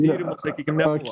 tyrimų sakykim nebuvo